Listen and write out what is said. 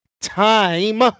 time